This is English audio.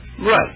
Right